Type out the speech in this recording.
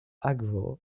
akvo